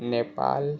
Nepal